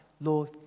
Lord